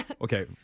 Okay